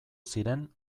ziren